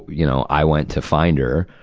you know, i went to find her,